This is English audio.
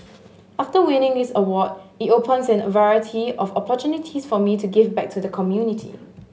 after winning this award it opens a variety of opportunities for me to give back to the community